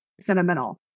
sentimental